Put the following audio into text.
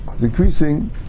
decreasing